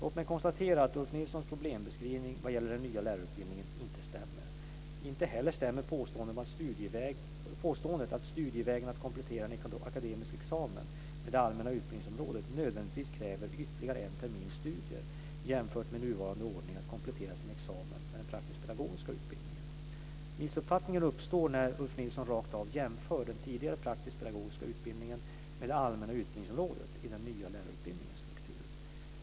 Låt mig konstatera att Ulf Nilssons problembeskrivning vad gäller den nya lärarutbildningen inte stämmer. Inte heller stämmer påståendet att studievägen att komplettera en akademisk examen med det allmänna utbildningsområdet nödvändigtvis kräver ytterligare en termins studier jämfört med nuvarande ordning att komplettera sin examen med den praktisk-pedagogiska utbildningen. Missuppfattningen uppstår när Ulf Nilsson rakt av jämför den tidigare praktisk-pedagogiska utbildningen med det allmänna utbildningsområdet i den nya lärarutbildningens struktur.